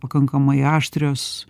pakankamai aštrios